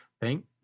Thank